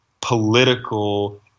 political